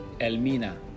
Elmina